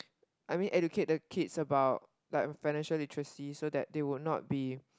I mean educated kids about like financial literacy so that they will not be